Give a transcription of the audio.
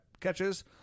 catches